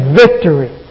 victory